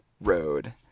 road